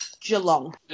Geelong